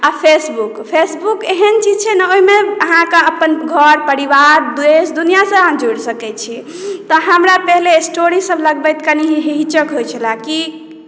आ Facebook Facebook एहन चीज छै ने ओहिमे अहाँकेँ अपन घर परिवार देश दुनिआँसँ अहाँ जुड़ि सकैत छी तऽ हमरा पहिले स्टोरीसभ लगबैत कनी हिचक होइत छले कि